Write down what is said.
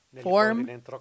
form